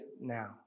now